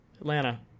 atlanta